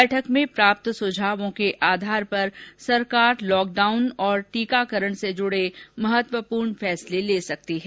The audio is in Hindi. बैठक में प्राप्त सुझावों के आधार पर सरकार लॉकडाउन और टीकाकरण से जुड़े महत्वपूर्ण फैसले ले सकती हैं